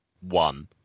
one